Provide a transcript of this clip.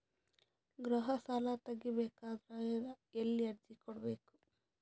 ಗೃಹ ಸಾಲಾ ತಗಿ ಬೇಕಾದರ ಎಲ್ಲಿ ಅರ್ಜಿ ಕೊಡಬೇಕು?